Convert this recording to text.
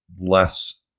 less